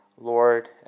Lord